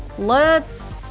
let's.